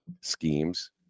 schemes